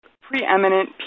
preeminent